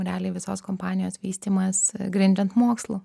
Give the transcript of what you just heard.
realiai visos kompanijos vystymas grindžiant mokslu